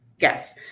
Yes